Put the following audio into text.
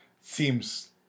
Seems